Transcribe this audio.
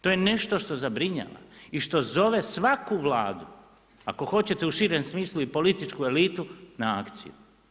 To je nešto što zabrinjava, i što zove svaku Vladu, ako hoćete i u širem smislu i političku elitu na akciju.